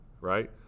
right